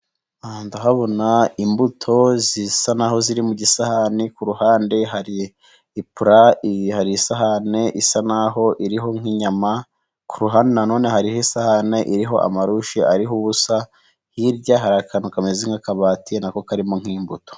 Aha ndahabona imbuto zisa n'aho ziri mu gisahani, ku ruhande hari ipura hari isahane isa nk'aho iriho nk'inyama, ku ruhande nanone hariho isahani iriho amarushi ariho ubusa, hirya hari akantu kameze nk'akabati n'ako karimo nk'imbuto.